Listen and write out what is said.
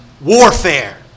warfare